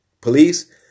police